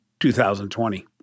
2020